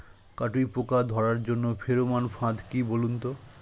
কাটুই পোকা ধরার জন্য ফেরোমন ফাদ কি বলুন তো?